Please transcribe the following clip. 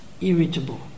irritable